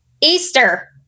easter